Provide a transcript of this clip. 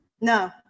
No